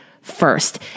first